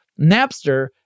Napster